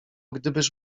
gdybyż